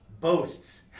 Boasts